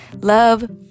love